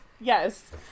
Yes